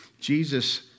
Jesus